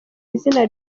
izina